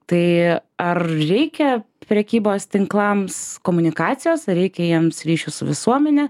tai ar reikia prekybos tinklams komunikacijos ar reikia jiems ryšių su visuomene